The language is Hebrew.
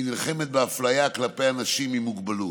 היא נלחמת באפליה כלפי אנשים עם מוגבלות.